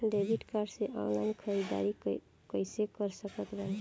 Debit card से online ख़रीदारी कैसे कर सकत बानी?